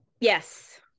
yes